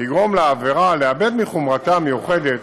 תגרום לעבירה לאבד מחומרתה המיוחדת